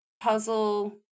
puzzle